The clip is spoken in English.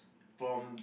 from